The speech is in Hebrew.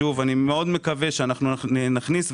מאוד מקווה שאנחנו נכניס,